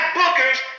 bookers